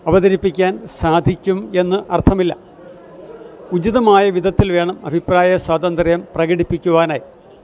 അവതരിപ്പിക്കാൻ സാധിക്കും എന്ന് അർത്ഥമില്ല ഉചിതമായ വിധത്തിൽ വേണം അഭിപ്രായ സ്വാതന്ത്ര്യം പ്രകടിപ്പിക്കുവാനായി